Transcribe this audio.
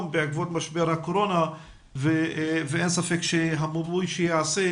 בעקבות משבר הקורונה ואין ספק שהמיפוי שיעשה,